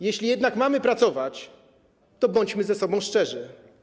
Jeśli jednak mamy pracować, to bądźmy ze sobą szczerzy.